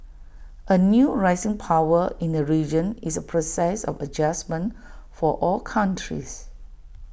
A new rising power in the region is A process of adjustment for all countries